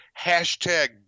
hashtag